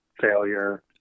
failure